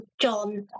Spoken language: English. John